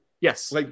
Yes